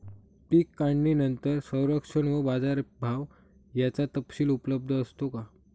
पीक काढणीनंतर संरक्षण व बाजारभाव याचा तपशील उपलब्ध असतो का?